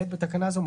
בתקנה זו,